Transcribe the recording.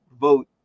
vote